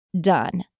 done